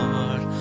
Lord